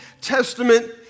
Testament